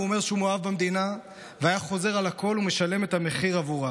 הוא אומר שהוא מאוהב במדינה ושהיה חוזר על הכול ומשלם כל מחיר עבורה.